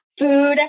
food